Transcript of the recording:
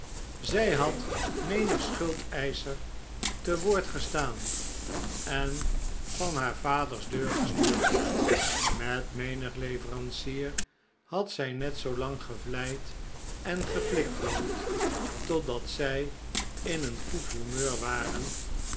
zij had menig schuldeischer te woord gestaan en van haar vaders deur gestuurd met menig leverancier had zij net zoo lang gevleid en geflikflooid totdat zij in een goed humeur waren